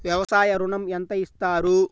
వ్యవసాయ ఋణం ఎంత ఇస్తారు?